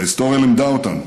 ההיסטוריה לימדה אותנו